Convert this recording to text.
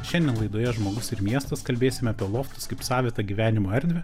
šiandien laidoje žmogus ir miestas kalbėsime apie loftus kaip savitą gyvenimo erdvę